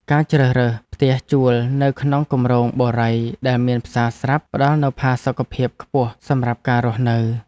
ការជ្រើសរើសផ្ទះជួលនៅក្នុងគម្រោងបុរីដែលមានផ្សារស្រាប់ផ្តល់នូវផាសុកភាពខ្ពស់សម្រាប់ការរស់នៅ។